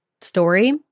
story